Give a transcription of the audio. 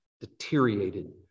deteriorated